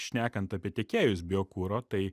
šnekant apie tiekėjus biokuro tai